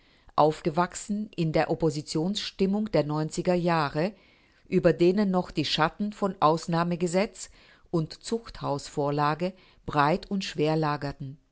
aufgewachsen in der oppositionsstimmung der neunziger jahre über denen noch die schatten von ausnahmegesetz und zuchthausvorlage breit und schwer lagerten